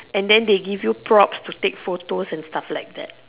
and then they give you props to take photos and stuffs like that